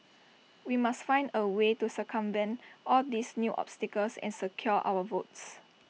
we must find A way to circumvent all these new obstacles and secure our votes